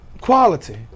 Quality